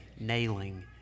nailing